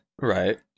Right